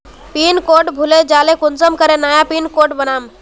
Pin code भूले जाले कुंसम करे नया पिन कोड बनाम?